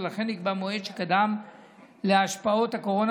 ולכן נקבע מועד שקדם להשפעות הקורונה